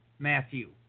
Matthew